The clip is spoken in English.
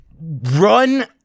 run